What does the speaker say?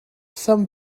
some